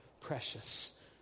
precious